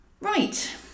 Right